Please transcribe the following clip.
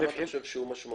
כמה אתה חושב שהוא משמעותי.